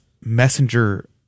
messenger